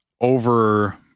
over